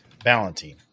valentine